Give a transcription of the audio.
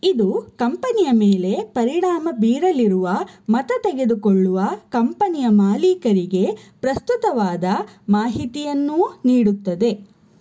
ಇದು ಕಂಪನಿಯ ಮೇಲೆ ಪರಿಣಾಮ ಬೀರಲಿರುವ ಮತ ತೆಗೆದುಕೊಳ್ಳುವ ಕಂಪನಿಯ ಮಾಲೀಕರಿಗೆ ಪ್ರಸ್ತುತವಾದ ಮಾಹಿತಿಯನ್ನೂ ನೀಡುತ್ತದೆ